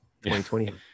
2020